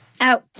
out